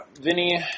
Vinny